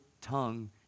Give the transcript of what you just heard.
tongue